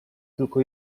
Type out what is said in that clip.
tylko